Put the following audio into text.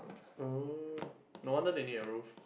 oh no wonder they need a roof